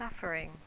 suffering